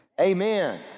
Amen